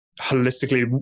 holistically